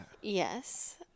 Yes